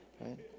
right